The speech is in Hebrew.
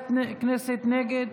נגד,